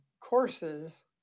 courses